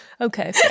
okay